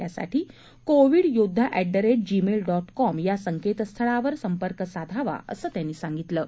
त्यासाठी कोवीड योद्धा at the rate Gmail dot com या इमेलवर संपर्क साधावा असं त्यांनी सांगितलं आहे